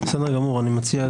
אני מציע,